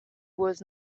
was